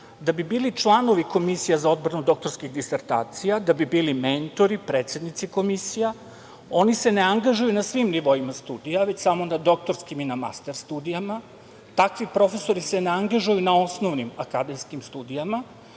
da bi bili članovi komisija za odbranu doktorskih disertacija, da bi bili mentori, predsednici komisija, oni se ne angažuju na svim nivoima studija, već samo na doktorskim i na master studijama. Takvi profesori se ne angažuju na osnovnim akademskim studijama,